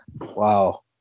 wow